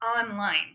online